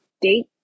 date